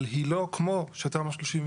אבל היא לא כמו שתמ"א 38,